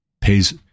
pays